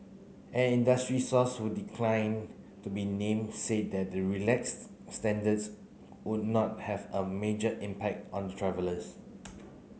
an industry source who declined to be named said that the relaxed standards would not have a major impact on the travellers